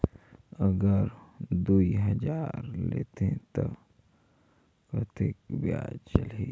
अगर दुई हजार लेत हो ता कतेक ब्याज चलही?